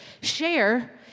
share